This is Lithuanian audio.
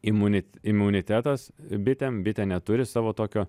imunit imunitetas bitėm bitė neturi savo tokio